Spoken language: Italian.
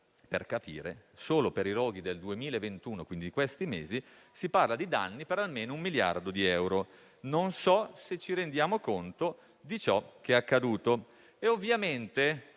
Per capire, solo per i roghi del 2021, quindi di questi mesi, si parla di danni per almeno un miliardo di euro: non so se ci rendiamo conto di ciò che è accaduto.